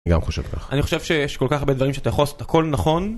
אני גם חושב כך. אני חושב שיש כל כך הרבה דברים שאתה יכול לעשות את הכל נכון.